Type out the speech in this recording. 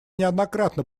неоднократно